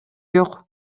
жок